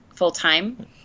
full-time